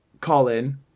Colin